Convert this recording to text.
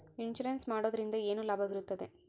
Insurance ಮಾಡೋದ್ರಿಂದ ಏನು ಲಾಭವಿರುತ್ತದೆ?